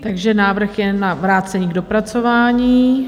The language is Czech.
Takže návrh je na vrácení k dopracování.